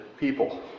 People